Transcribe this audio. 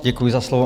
Děkuji za slovo.